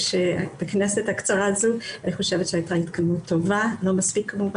בכנסת הקצרה הזו הייתה התקדמות טובה אבל לא מספיקה.